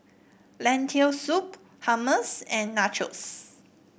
Lentil Soup Hummus and Nachos